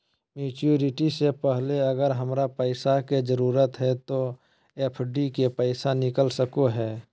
Maturity से पहले अगर हमरा पैसा के जरूरत है तो एफडी के पैसा निकल सको है?